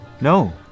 No